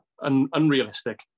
unrealistic